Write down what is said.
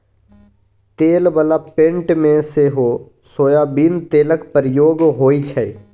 तेल बला पेंट मे सेहो सोयाबीन तेलक प्रयोग होइ छै